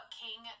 king